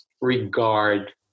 regard